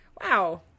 Wow